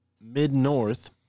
Mid-North